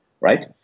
right